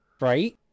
Right